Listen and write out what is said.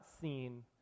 seen